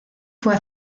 fue